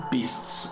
Beasts